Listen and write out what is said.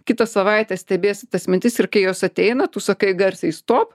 kitą savaitę stebės tas mintis ir kai jos ateina tu sakai garsiai stop